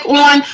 on